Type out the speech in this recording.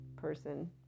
person